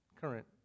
current